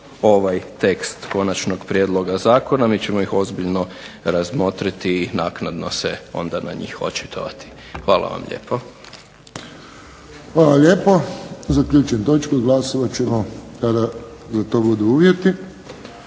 ovaj tekst konačnog prijedloga zakona. Mi ćemo ih ozbiljno razmotriti i naknadno se onda na njih očitovati. Hvala vam lijepo. **Friščić, Josip (HSS)** Hvala lijepo. Zaključujem točku. Glasovat ćemo kada za to budu uvjeti.